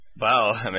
Wow